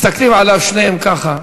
מסתכלים עליו שניהם ככה,